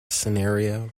scenario